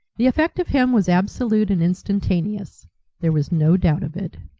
the effect of him was absolute and instantaneous there was no doubt of it.